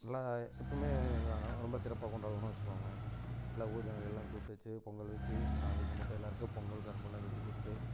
எல்லா எப்போமே ரொம்ப சிறப்பாக கொண்டாடுவோன்னு வச்சுகோங்களன் எல்லா ஊர் ஜனங்களை எல்லாம் கூப்பிட்டு வச்சி பொங்கல் வச்சி சாமி கும்பிட்டு எல்லாருக்கும் பொங்கல் கரும்பு எல்லாம் வெட்டி கொடுத்து